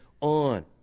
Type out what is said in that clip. on